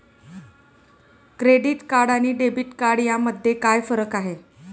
Credit card आणि debit card यामध्ये काय फरक आहे?